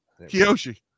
Kiyoshi